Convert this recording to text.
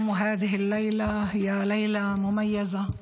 להלן תרגומם:) יהיה זכרה ברוך.